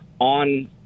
on